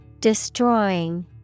Destroying